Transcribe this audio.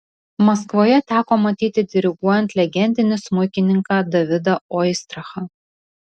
maskvoje teko matyti diriguojant legendinį smuikininką davidą oistrachą